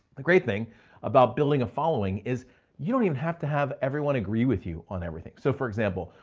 the great thing about building a following is you don't even have to have everyone agree with you on everything. so for example,